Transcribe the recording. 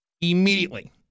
immediately